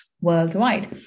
worldwide